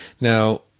Now